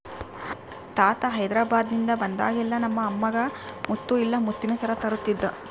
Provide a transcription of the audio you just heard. ತಾತ ಹೈದೆರಾಬಾದ್ನಿಂದ ಬಂದಾಗೆಲ್ಲ ನಮ್ಮ ಅಮ್ಮಗ ಮುತ್ತು ಇಲ್ಲ ಮುತ್ತಿನ ಸರ ತರುತ್ತಿದ್ದ